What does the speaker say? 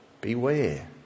beware